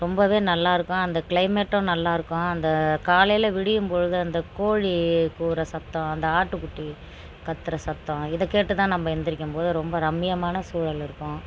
ரொம்பவே நல்லா இருக்கும் அந்த க்ளைமேட்டும் நல்லா இருக்கும் அந்த காலையில் விடியும் பொழுது அந்த கோழி கூவுகிற சத்தம் அந்த ஆட்டுக்குட்டி கத்துகிற சத்தம் இதை கேட்டு தான் நம்ம எழுந்திருக்கும் போது ரொம்ப ரம்மியமான சூழல் இருக்கும்